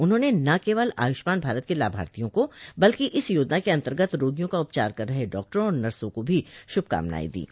उन्होंने न केवल आयुष्मान भारत के लाभार्थियों को बल्कि इस योजना के अंतर्गत रोगियों का उपचार कर रहे डॉक्टरों और नर्सों को भी शुभकामनाएं दीं